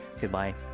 Goodbye